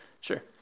Sure